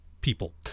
people